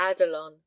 adelon